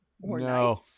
No